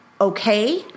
okay